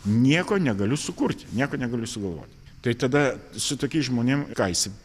nieko negaliu sukurti nieko negaliu sugalvot tai tada su tokiais žmonėm ką jisai